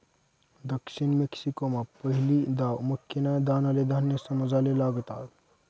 दक्षिण मेक्सिकोमा पहिली दाव मक्कीना दानाले धान्य समजाले लागनात